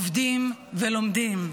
עובדים ולומדים.